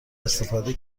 استفاده